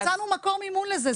מצאנו מקור מימון לזה.